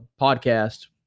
podcast